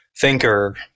thinker